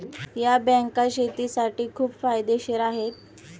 या बँका शेतीसाठी खूप फायदेशीर आहेत